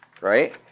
right